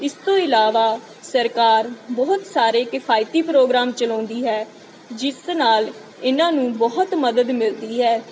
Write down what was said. ਇਸ ਤੋਂ ਇਲਾਵਾ ਸਰਕਾਰ ਬਹੁਤ ਸਾਰੇ ਕਿਫਾਇਤੀ ਪ੍ਰੋਗਰਾਮ ਚਲਾਉਂਦੀ ਹੈ ਜਿਸ ਨਾਲ ਇਹਨਾਂ ਨੂੰ ਬਹੁਤ ਮਦਦ ਮਿਲਦੀ ਹੈ